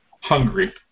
hungry